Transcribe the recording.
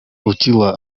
utila